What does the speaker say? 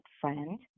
friend